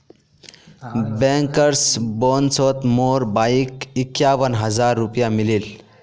bankers बोनसोत मोर भाईक इक्यावन हज़ार रुपया मिलील